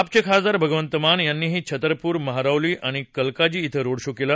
आपचे खासदार भगवंत मान यांनीही छतरपुर महरौली आणि कालकाजी इथं रोड शो केला